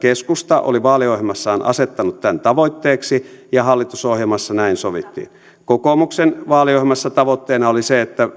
keskusta oli vaaliohjelmassaan asettanut tämän tavoitteeksi ja hallitusohjelmassa näin sovittiin kokoomuksen vaaliohjelmassa tavoitteena oli se että